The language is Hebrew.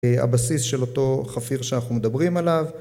הבסיס של אותו חפיר שאנחנו מדברים עליו